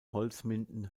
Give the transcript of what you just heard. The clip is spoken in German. holzminden